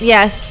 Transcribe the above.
Yes